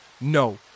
No